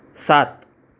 સાત